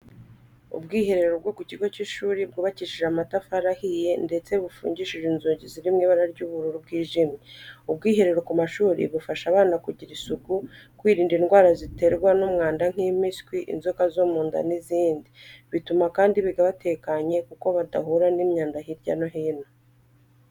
Ubwiherero bwo ku kigo cy'ishuri bwubakishije amatafari ahiye ndetse bufungishije inzugi ziri mu ibara ry'ubururu bw'ijuru. Ubwiherero ku mashuri bufasha abana kugira isuku, kwirinda indwara ziterwa n’umwanda nk'impiswi, inzoka zo mu nda n'izindi. Bituma kandi biga batekanye kuko badahura n'imyanda hirya no hino.